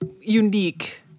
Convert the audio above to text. unique